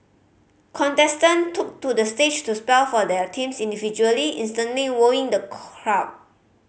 contestant took to the stage to spell for their teams individually instantly wowing the crowd